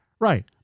Right